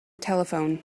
telephone